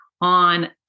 on